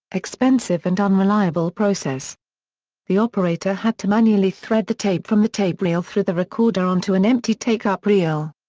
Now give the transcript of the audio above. expensive and unreliable process the operator had to manually thread the tape from the tape reel through the recorder onto an empty take-up reel.